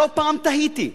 שלא פעם תהיתי,